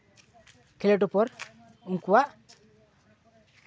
ᱠᱷᱮᱞᱳᱰ ᱪᱮᱛᱟᱱ ᱨᱮ ᱩᱱᱠᱩᱣᱟᱜ